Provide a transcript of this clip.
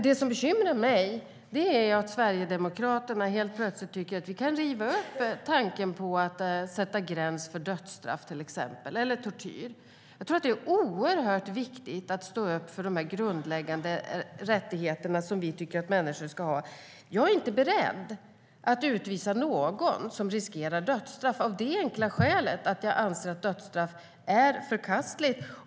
Det som bekymrar mig är att Sverigedemokraterna helt plötsligt vill riva upp tanken på att sätta en gräns vid till exempel dödsstraff eller tortyr. Det är oerhört viktigt att stå upp för de grundläggande rättigheterna. Jag är inte beredd att utvisa någon som riskerar dödsstraff, av det enkla skälet att jag anser att dödsstraff är förkastligt.